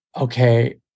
okay